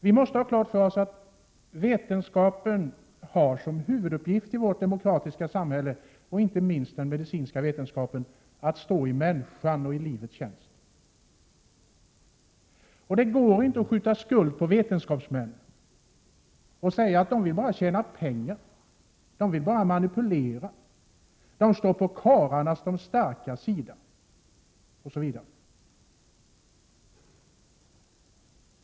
Vi måste ha klart för oss att vetenskapen i vårt demokratiska samhälle, inte minst den medicinska vetenskapen, har som huvuduppgift att stå i människans och livets tjänst. Det går inte att skjuta skuld på vetenskapsmännen och säga att de bara vill tjäna pengar, att de bara vill manipulera, att de står på karlarnas, de starkas sida, osv.